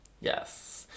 Yes